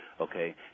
okay